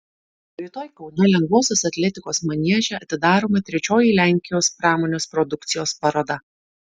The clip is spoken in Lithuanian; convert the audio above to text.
rytoj kaune lengvosios atletikos manieže atidaroma trečioji lenkijos pramonės produkcijos paroda